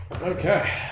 Okay